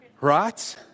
right